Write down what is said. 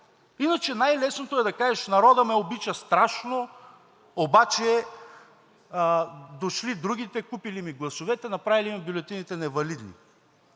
Иначе най-лесното е да кажеш: народът ме обича страшно, обаче дошли другите, купили ми гласовете, направили ни бюлетините невалидни.